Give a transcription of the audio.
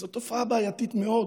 זו תופעה בעייתית מאוד,